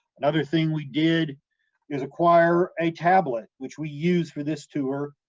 another thing we did is acquire a tablet which we use for this tour,